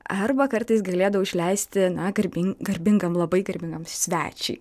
arba kartais galėdavo užleisti na garbin garbingam labai garbingam svečiui